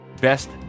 Best